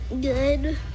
Good